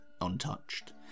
untouched